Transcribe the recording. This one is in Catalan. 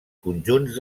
conjunts